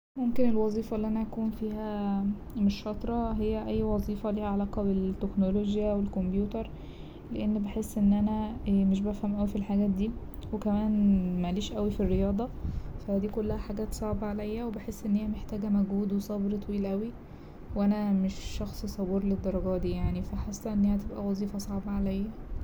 ممكن الوظيفة اللي انا أكون فيها مش شاطرة هي أي وظيفة ليها علاقة بالتكنولوجيا والكمبيوتر لإن بحس إن أنا مش بفهم أوي في الحاجات دي وكمان مليش أوي في الرياضة فا دي كلها حاجات صعبة عليا وبحس إن هي محتاجة مجهود وصبر طويل أوي وأنا مش شخص صبور للدرجادي يعني فا حاسة إن هي هتبقى وظيفة صعبة عليا.